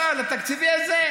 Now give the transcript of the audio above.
הסל התקציבי הזה,